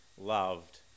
loved